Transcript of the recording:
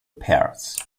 pairs